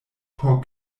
por